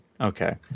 okay